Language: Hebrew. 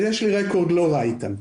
אז יש לי רקורד לא רע איתם.